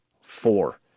four